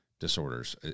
Disorders